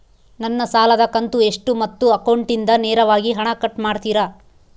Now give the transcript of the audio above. ನನ್ನ ಸಾಲದ ಕಂತು ಎಷ್ಟು ಮತ್ತು ಅಕೌಂಟಿಂದ ನೇರವಾಗಿ ಹಣ ಕಟ್ ಮಾಡ್ತಿರಾ?